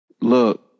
Look